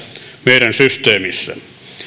meidän systeemissämme